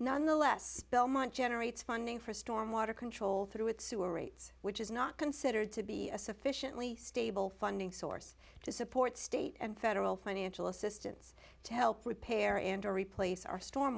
nonetheless belmont generates funding for storm water control through its sewer rates which is not considered to be a sufficiently stable funding source to support state and federal financial assistance to help repair and to replace our storm